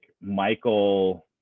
Michael